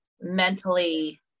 mentally